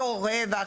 לא רווח.